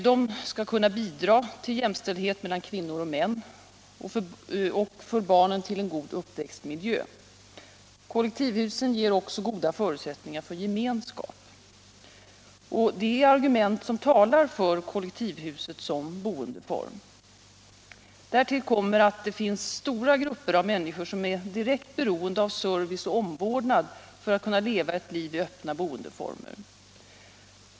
De skulle kunna bidra till jämställdheten mellan kvinnor och män och till en god uppväxtmiljö för barnen. Kollektivhusen ger också goda förutsättningar för gemenskap. Detta är argument som talar för kollektivhuset som boendeform. Därtill kommer att det finns stora grupper av människor, som är direkt beroende av service och omvårdnad för att kunna leva ett liv i öppna boendeformer.